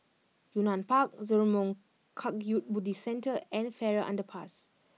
Yunnan Park Zurmang Kagyud Buddhist Centre and Farrer Underpass